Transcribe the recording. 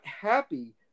happy